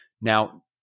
Now